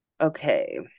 Okay